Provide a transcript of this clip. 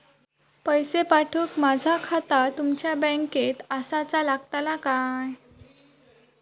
पैसे पाठुक माझा खाता तुमच्या बँकेत आसाचा लागताला काय?